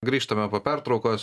grįžtame po pertraukos